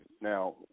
Now